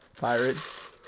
Pirates